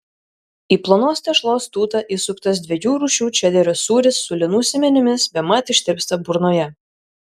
į plonos tešlos tūtą įsuktas dviejų rūšių čederio sūris su linų sėmenimis bemat ištirpsta burnoje